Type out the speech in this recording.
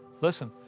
Listen